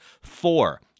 Four